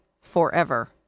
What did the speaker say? forever